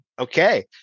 Okay